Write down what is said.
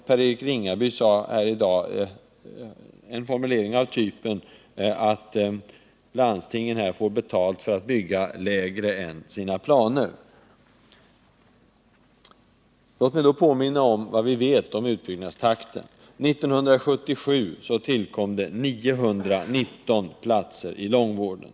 Per-Eric Ringaby använde en formulering som ungefär innebar att landstingen får betalt för att bygga mindre än sina planer. Låt mig då påminna om vad vi vet om utbyggnadstakten. 1977 tillkom 919 platser i långvården.